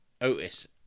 Otis